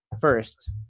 First